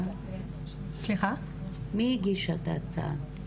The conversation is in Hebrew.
מי הגיש את ההצעה?